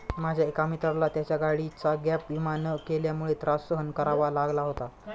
माझ्या एका मित्राला त्याच्या गाडीचा गॅप विमा न केल्यामुळे त्रास सहन करावा लागला होता